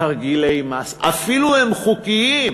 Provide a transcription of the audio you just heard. תרגילי מס, אפילו חוקיים,